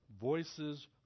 voices